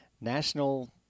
national